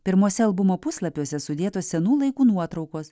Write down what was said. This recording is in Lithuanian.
pirmuose albumo puslapiuose sudėtos senų laikų nuotraukos